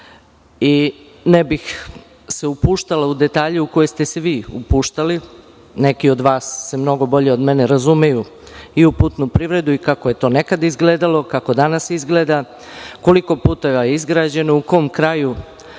i ne bih se upuštala u detalje u koje ste se vi upuštali. Neki od vas se mnogo bolje od mene razumeju i u putnu privredu i kako je to nekada izgledalo, kako danas izgleda, koliko puteva je izgrađeno, u kom kraju